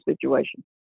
situation